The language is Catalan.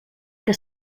que